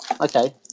Okay